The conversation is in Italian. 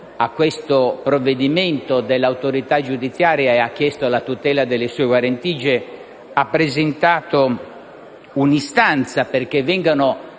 a questo provvedimento dell'autorità giudiziaria e ha chiesto la tutela delle sue guarentigie, ha presentato un'istanza perché vengano